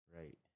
Right